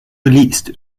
geleast